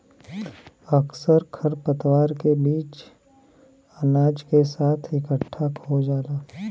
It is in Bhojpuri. अक्सर खरपतवार के बीज अनाज के साथ इकट्ठा खो जाला